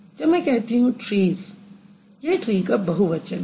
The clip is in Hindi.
जब मैं कहती हूँ ट्रीज़ यह ट्री का बहुवचन है